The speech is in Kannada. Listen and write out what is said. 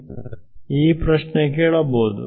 ಈ ಒಂದು ಪ್ರಶ್ನೆ ಕೇಳಬಹುದು